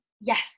Yes